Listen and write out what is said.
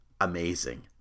amazing